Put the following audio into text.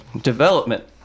development